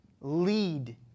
lead